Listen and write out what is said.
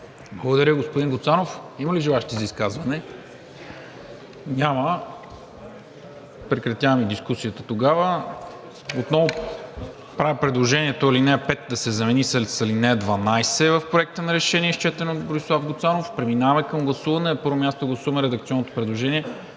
Благодаря, господин Гуцанов. Има ли желаещи за изказване? Няма. Прекратявам дискусията. Отново правя предложението ал. 5 да се замени с ал. 12 в Проекта на решение, изчетено от Борислав Гуцанов. На първо място гласуваме редакционното предложение